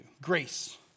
Grace